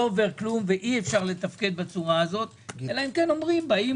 לא עובר כלום ואי-אפשר לתפקד ככה אלא אם כן באים